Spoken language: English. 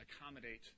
accommodate